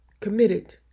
committed